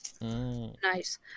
nice